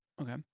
Okay